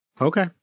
Okay